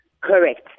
Correct